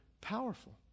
powerful